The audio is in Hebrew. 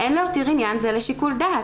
'אין להותיר עניין זה לשיקול דעת.